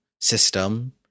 system